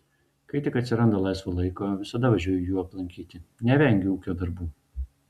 kai tik atsiranda laisvo laiko visada važiuoju jų aplankyti nevengiu ūkio darbų